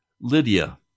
Lydia